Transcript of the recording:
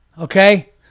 okay